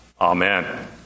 Amen